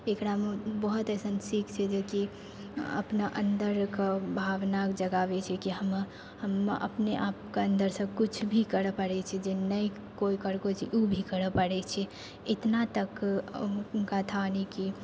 एकरामे बहुत अइसन सीख छै जेकि अपना अन्दरके भावनाके जगाबै छै कि हम हम अपने आपके अन्दरसँ किछु भी करै पड़ै छै जे नहि कोइ करलको छै उ भी करै पड़ै छै इतना तक कथा यानि कि